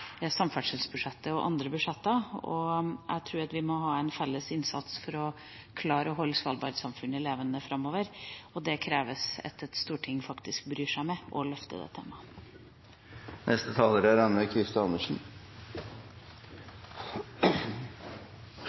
samferdselsbudsjettet og andre budsjetter. Jeg tror vi må ha en felles innsats for å klare å holde Svalbard-samfunnet levende framover, og det krever at Stortinget faktisk bryr seg med å løfte det temaet.